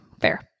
fair